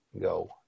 go